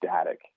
static